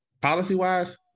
Policy-wise